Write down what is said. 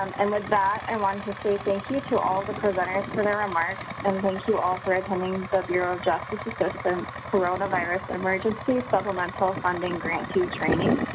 um and with that, i wanted to say thank you to all the presenters for their remarks, and thank you all for attending the bureau of justice assistance, coronavirus emergency supplemental funding grantee training.